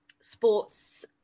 sports